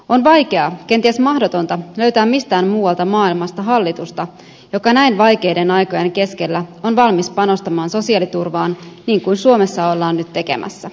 on vaikeaa kenties mahdotonta löytää mistään muualta maailmasta hallitusta joka näin vaikeiden aikojen keskellä on valmis panostamaan sosiaaliturvaan niin kuin suomessa ollaan nyt tekemässä